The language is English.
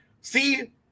see